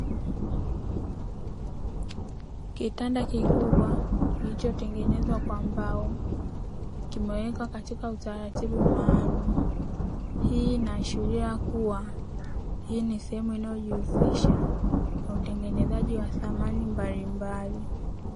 Kitanda kikubwa kilichotengenezwa kwa mbao kimewekwa katika utaratibu maalumu, hii inaashilia kuwa hii ni sehemu inayojihusisha na utengenezaji wa samani mbalimbali.